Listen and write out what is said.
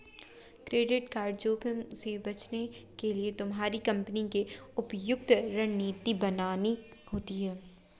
credit जोखिम से बचने के लिए तुम्हारी कंपनी को उपयुक्त रणनीति बनानी होगी